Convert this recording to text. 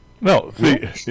No